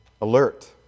alert